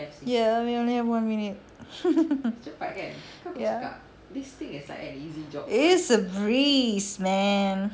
ya we only have one minute ya it is a breeze man